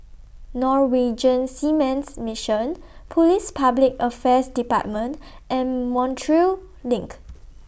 Norwegian Seamen's Mission Police Public Affairs department and Montreal LINK